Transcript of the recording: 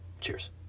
Cheers